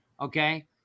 Okay